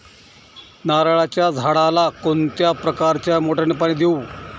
नारळाच्या झाडाला कोणत्या प्रकारच्या मोटारीने पाणी देऊ?